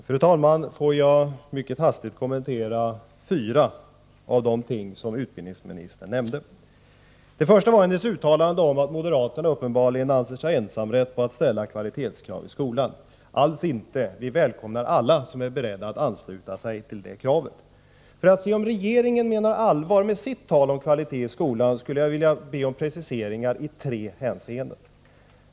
Fru talman! Får jag mycket hastigt kommentera fyra av de ting som utbildningsministern nämnde. Det första gäller hennes uttalande om att moderaterna uppenbarligen anser sig ha ensamrätt till att ställa kvalitetskrav i skolan. Alls inte, vi välkomnar alla som är beredda att ansluta sig till det kravet. För att se om regeringen menar allvar med sitt tal om kvalitet i skolan skulle jag vilja be om preciseringar i tre hänseenden.